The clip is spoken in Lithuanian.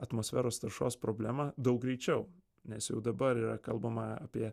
atmosferos taršos problemą daug greičiau nes jau dabar yra kalbama apie